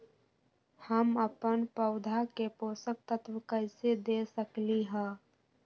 हम अपन पौधा के पोषक तत्व कैसे दे सकली ह?